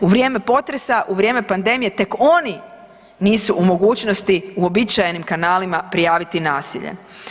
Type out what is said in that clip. U vrijeme potresa, u vrijeme pandemije tek oni nisu u mogućnosti uobičajenim kanalima prijaviti nasilje.